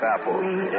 apples